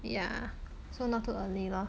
ya so not too early lor